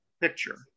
Picture